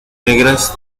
negras